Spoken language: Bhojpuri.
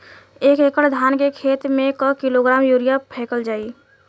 एक एकड़ धान के खेत में क किलोग्राम यूरिया फैकल जाई?